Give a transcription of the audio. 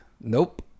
Nope